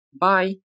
Bye